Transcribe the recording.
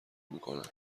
میکنند